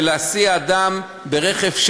אדם ברכב,